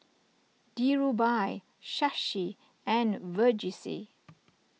Dhirubhai Shashi and Verghese